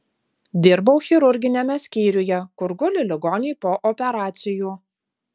dirbau chirurginiame skyriuje kur guli ligoniai po operacijų